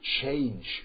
change